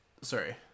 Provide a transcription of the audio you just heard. sorry